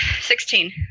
Sixteen